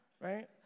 right